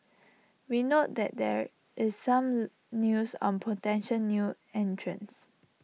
we note that there is some news on potential new entrants